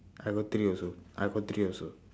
I got three also I got three also